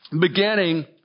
beginning